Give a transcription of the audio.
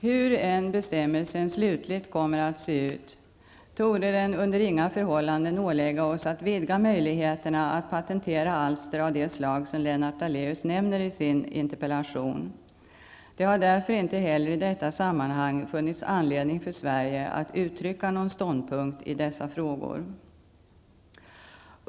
Hur än bestämmelsen slutligt kommer att se ut torde den under inga förhållanden ålägga oss att vidga möjligheterna att patentera alster av det slag som Lennart Daléus nämner i sin interpellation. Det har därför inte heller i detta sammanhang funnits anledning för Sverige att inta någon ståndpunkt i dessa frågor.